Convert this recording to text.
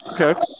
Okay